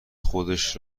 خودش